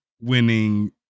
winning